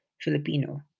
Filipino